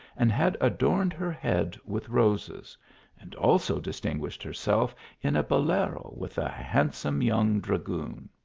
and had adorned her head with roses and also distinguished herself in a bolero with a handsome young dragoon.